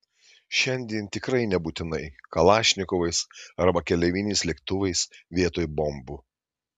šiandien tikrai nebūtinai kalašnikovais arba keleiviniais lėktuvais vietoj bombų